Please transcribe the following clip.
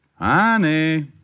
honey